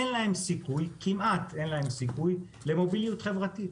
אין להם סיכוי כמעט אין להם סיכוי למוביליות חברתית.